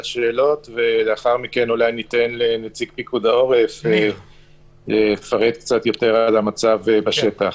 ואחר כך אתן לנציג פיקוד העורף לפרט קצת יותר על המצב בשטח.